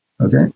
okay